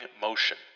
motion